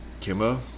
Kimbo